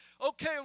okay